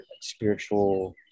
spiritual